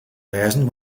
wêzen